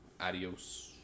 Adios